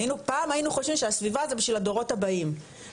פעם היינו חושבים שהסביבה זה בשביל הדורות הבאים,